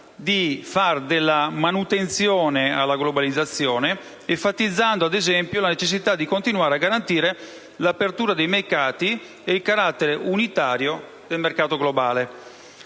di fare della manutenzione alla globalizzazione, enfatizzando, ad esempio, la necessità di continuare a garantire l'apertura dei mercati e il carattere unitario del mercato globale.